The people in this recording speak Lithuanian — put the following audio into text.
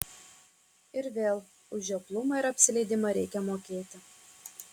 ir vėl už žioplumą ir apsileidimą reikia mokėti